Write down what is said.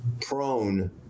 Prone